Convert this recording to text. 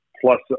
plus